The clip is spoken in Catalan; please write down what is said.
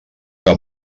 que